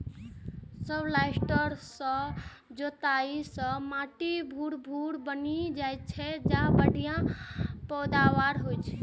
subsoiler सं जोताइ सं माटि भुरभुरा बनि जाइ छै आ बढ़िया पैदावार होइ छै